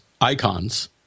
icons